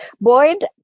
Boyd